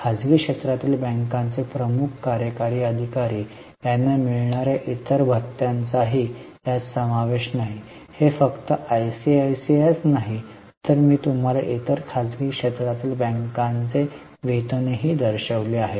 खाजगी क्षेत्रातील बँकांचे मुख्य कार्यकारी अधिकारी यांना मिळणाऱ्या इतर भत्त्यांचाही यात समावेश नाही हे फक्त आयसीआयसीआयच नाही तर मी तुम्हाला इतर खासगी क्षेत्रातील बँकांचे वेतनही दर्शविले आहे